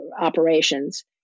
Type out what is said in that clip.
operations